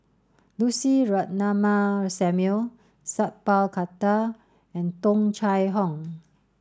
Lucy Ratnammah Samuel Sat Pal Khattar and Tung Chye Hong